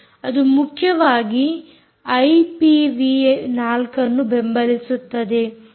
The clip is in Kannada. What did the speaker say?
ಅದು ಮುಖ್ಯವಾಗಿ ಐಪಿವಿ 4ಅನ್ನು ಬೆಂಬಲಿಸುತ್ತದೆ